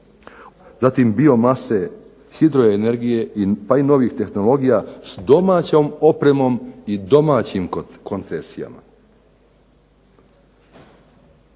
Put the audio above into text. Zatim, biomase hidroenergije pa i novih tehnologija s domaćom opremom i domaćim koncesijama.